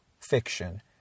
fiction